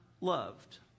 loved